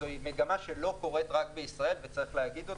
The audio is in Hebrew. זוהי מגמה שלא קורית רק בישראל, וצריך להגיד אותה.